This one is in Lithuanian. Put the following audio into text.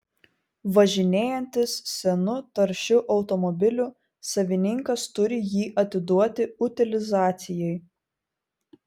važinėjantis senu taršiu automobiliu savininkas turi jį atiduoti utilizacijai